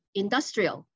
industrial